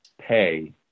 pay